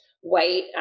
white